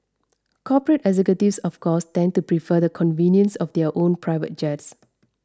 corporate executives of course tend to prefer the convenience of their own private jets